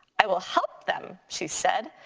i will help them she said,